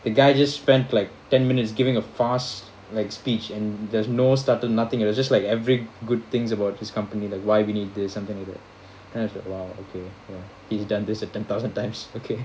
the guy just spent like ten minutes giving a fast like speech and there's no stutter nothing it was just like every good things about his company like why we need this something like that and I was like !wow! okay ya he's done this a ten thousand times okay